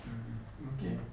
mm okay